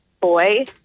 boy